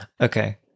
okay